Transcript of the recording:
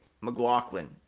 McLaughlin